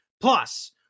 Plus